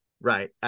Right